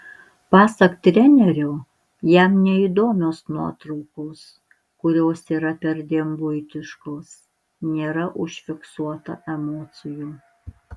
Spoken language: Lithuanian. pasak trenerio jam neįdomios nuotraukos kurios yra perdėm buitiškos nėra užfiksuota emocijų